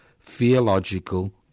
theological